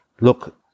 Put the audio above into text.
Look